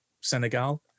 senegal